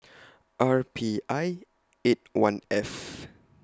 R P I eight one F